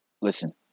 listen